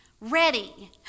ready